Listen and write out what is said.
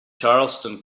charleston